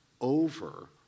over